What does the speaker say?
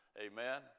amen